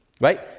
right